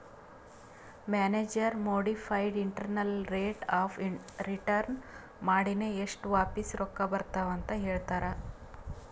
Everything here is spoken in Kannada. manager modified internal rate of return ಮಾಡಿನೆ ಎಸ್ಟ್ ವಾಪಿಸ್ ರೊಕ್ಕಾ ಬರ್ತಾವ್ ಅಂತ್ ಹೇಳ್ತಾರ್